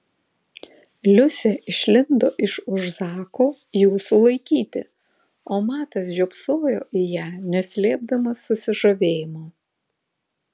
liusė išlindo iš už zako jų sulaikyti o matas žiopsojo į ją neslėpdamas susižavėjimo